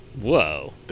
Whoa